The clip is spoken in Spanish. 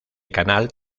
canal